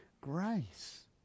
grace